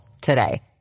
today